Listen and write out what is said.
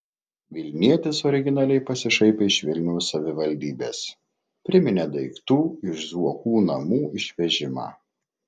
vilnietis originaliai pasišaipė iš vilniaus savivaldybės priminė daiktų iš zuokų namų išvežimą